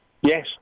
Yes